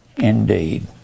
indeed